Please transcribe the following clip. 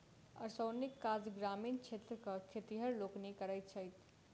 ओसौनीक काज ग्रामीण क्षेत्रक खेतिहर लोकनि करैत छथि